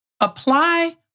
apply